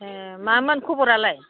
ए मामोन खबरालाय